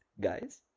guys